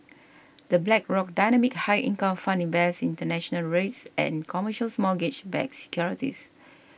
the Blackrock Dynamic High Income Fund invests international Reits and commercials mortgage backed securities